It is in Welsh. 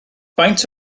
faint